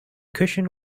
cushion